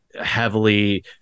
heavily